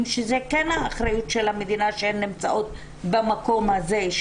שזו כן האחריות של המדינה שהן נמצאות במקום הזה,